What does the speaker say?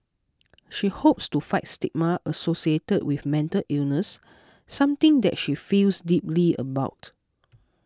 she hopes to fight stigma associated with mental illness something that she feels deeply about